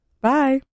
Bye